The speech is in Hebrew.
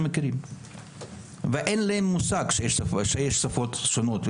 מכירים ואין להם מושג שיש שפות שונות.